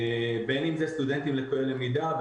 בין אם אלו סטודנטים לקויי למידה,